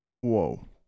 Whoa